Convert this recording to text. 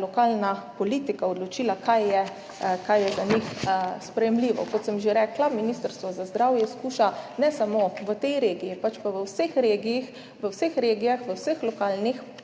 lokalna politika odločila, kaj je za njih sprejemljivo. Kot sem že rekla, Ministrstvo za zdravje skuša ne samo v tej regiji, pač pa v vseh regijah, v vseh lokalnih